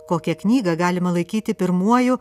kokią knygą galima laikyti pirmuoju